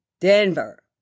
Denver